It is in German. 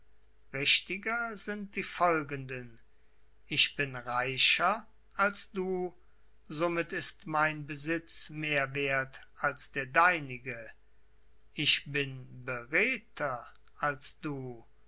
richtiger sind die folgenden ich bin reicher als du somit ist mein besitz mehr werth als der deinige ich bin beredter als du